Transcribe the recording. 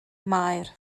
maer